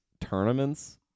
tournaments